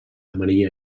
maria